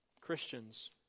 Christians